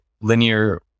linear